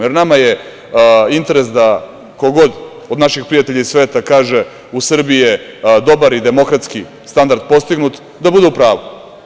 Jer, nama je interes da ko god od naših prijatelja iz sveta kaže - u Srbiji je dobar i demokratski standard postignut, da bude u pravu.